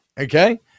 Okay